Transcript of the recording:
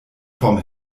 vom